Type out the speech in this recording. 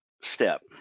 step